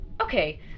Okay